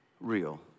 real